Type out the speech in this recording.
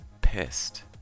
pissed